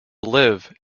live